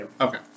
Okay